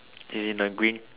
he in a green